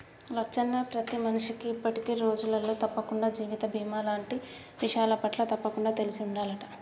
లచ్చన్న ప్రతి మనిషికి ఇప్పటి రోజులలో తప్పకుండా జీవిత బీమా లాంటి విషయాలపట్ల తప్పకుండా తెలిసి ఉండాలంట